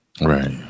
Right